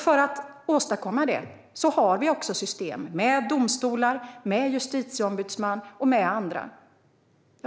För att åstadkomma det har vi system med domstolar, med justitieombudsman och med andra.